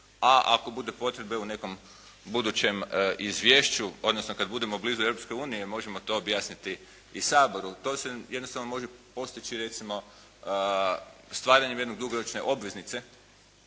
a ako bude potrebe u nekom budućem izvješću, odnosno kad budemo blizu Europske unije možemo to objasniti i Saboru. To se jednostavno može postići recimo stvaranjem jedne dugoročne obveznice